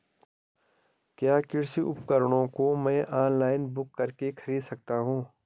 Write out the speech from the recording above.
क्या कृषि उपकरणों को मैं ऑनलाइन बुक करके खरीद सकता हूँ?